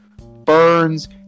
Burns